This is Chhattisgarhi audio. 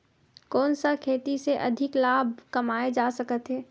कोन सा खेती से अधिक लाभ कमाय जा सकत हे?